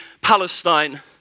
Palestine